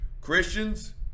Christians